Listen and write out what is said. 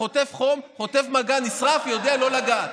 חוטף מגע, נשרף ויודע לא לגעת.